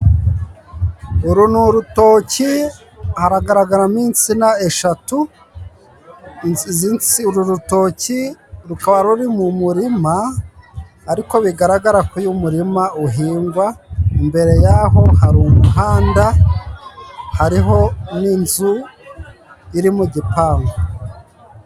Uru ni urutoki hagaragaramo insina eshatu, uru rutoki rukaba ruri mu murima ariko bigaragara ko uyu murima uhingwa, imbere y'aho hari umuhanda, hariho n"inzu iri mu gipangu.